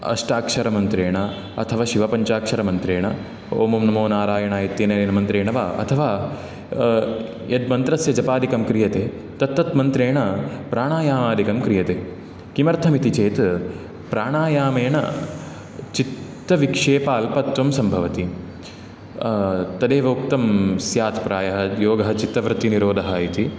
अष्टाक्षरमन्त्रेण अथवा शिवपञ्चाक्षरमन्त्रेण ओं नमो नारायणाय इत्यनेन मन्त्रेण अथवा यद् मन्त्रस्य जपादिकं क्रियते तत्तत् मन्त्रेण प्राणायामादिकं क्रियते किमर्थमिति चेत् प्राणायामेन चित्तविक्षेप अल्पत्वं सम्भवति तदेव उक्तं स्यात् प्रायः योगः चित्तवृत्तिनिरोधः इति